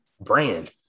brand